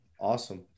awesome